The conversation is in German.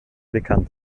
bekannt